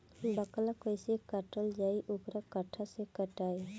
बाकला कईसे काटल जाई औरो कट्ठा से कटाई?